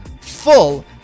full